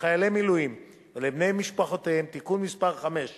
לחיילי מילואים ולבני משפחותיהם (תיקון מס' 5)